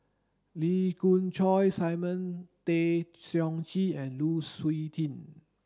Lee Khoon Choy Simon Tay Seong Chee and Lu Suitin